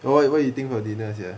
!oi! what you eating for dinner sia